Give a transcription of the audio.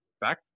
back